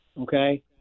Okay